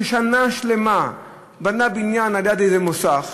שנה שלמה הוא בנה בניין על-יד איזה מוסך,